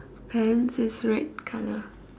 pants is red colour